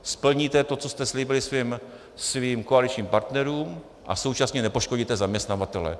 Splníte to, co jste slíbili svým koaličním partnerům, a současně nepoškodíte zaměstnavatele.